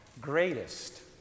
greatest